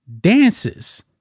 dances